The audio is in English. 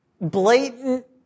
blatant